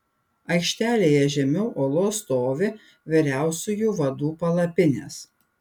aikštelėje žemiau olos stovi vyriausiųjų vadų palapinės